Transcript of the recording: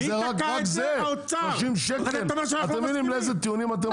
זה רק 30 שקלים אתם מבינים לאיזה טיעונים אתם מגיעים?